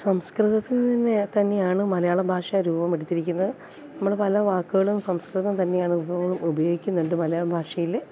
സംസ്കൃതത്തിൽ നിന്ന് തന്നെ തന്നെയാണ് മലയാള ഭാഷ രൂപമെടുത്തിരിക്കുന്നത് നമ്മുടെ പല വാക്കുകളും സംസ്കൃതം തന്നെയാണ് ഉപയോഗം ഉപയോഗിക്കുന്നുണ്ട് മലയാള ഭാഷയിൽ